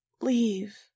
leave